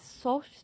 soft